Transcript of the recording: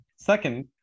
Second